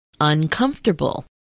uncomfortable